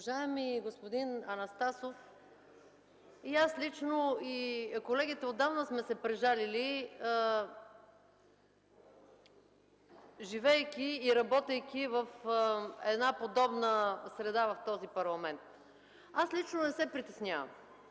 Уважаеми господин Анастасов, и аз лично, и колегите отдавна сме се прежалили, живеейки и работейки в една подобна среда в този парламент. Аз лично не се притеснявам.